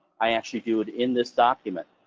i actually do it in this document.